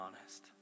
honest